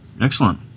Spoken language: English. excellent